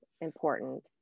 important